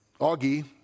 Augie